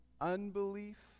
unbelief